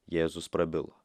jėzus prabilo